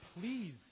please